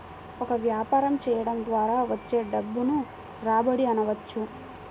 ఒక వ్యాపారం చేయడం ద్వారా వచ్చే డబ్బును రాబడి అనవచ్చు